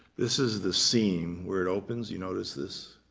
this is the scene where it opens. you notice this?